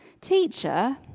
Teacher